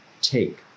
take